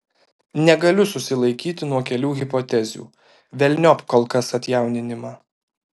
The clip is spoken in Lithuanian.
negaliu susilaikyti nuo kelių hipotezių velniop kol kas atjauninimą